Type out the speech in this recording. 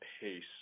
pace